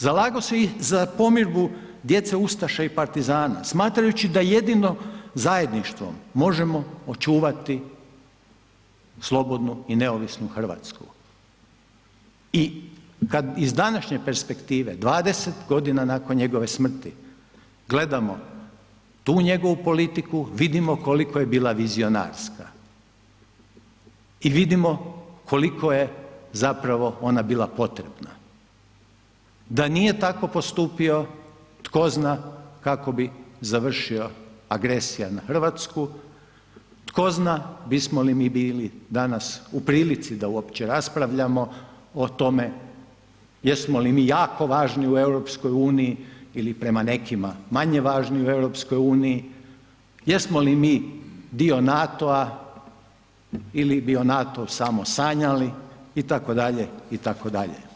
Zalago se i za pomirbu djece ustaša i partizana smatrajući da jedino zajedništvom možemo očuvati slobodnu i neovisnu RH i kad iz današnje perspektive, 20.g. nakon njegove smrti, gledamo tu njegovu politiku, vidimo koliko je bila vizionarska i vidimo koliko je zapravo ona bila potrebna, da nije tako postupio tko zna kako bi završio agresija na RH, tko zna bismo li mi bili danas u prilici da uopće raspravljamo o tome jesmo li mi jako važni u EU ili prema nekima manje važni u EU, jesmo li mi dio NATO-a ili bi o NATO-u samo sanjali itd. itd.